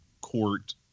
court